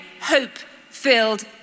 hope-filled